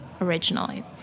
originally